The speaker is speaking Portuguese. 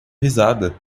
risada